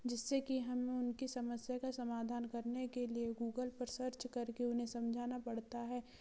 जिससे कि हमें उनकी समस्या का समाधान करने के लिए गूगल पर सर्च करके उन्हें समझाना पड़ता है